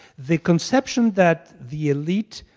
the conception that the elite,